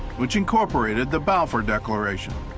which incorporated the balfour declaration.